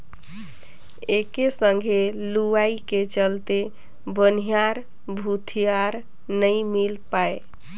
एके संघे लुवई के चलते बनिहार भूतीहर नई मिल पाये